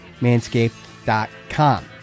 Manscaped.com